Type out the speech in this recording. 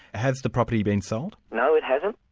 has the property been sold? no, it hasn't.